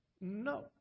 no